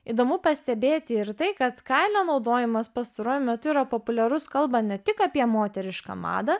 įdomu pastebėti ir tai kad kailio naudojimas pastaruoju metu yra populiarus kalbant ne tik apie moterišką madą